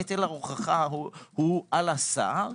נטל ההוכחה הוא על השר,